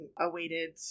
awaited